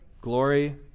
Glory